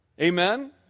Amen